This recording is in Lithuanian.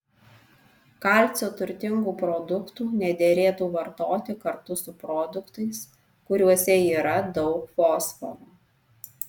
kalcio turtingų produktų nederėtų vartoti kartu su produktais kuriuose yra daug fosforo